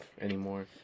anymore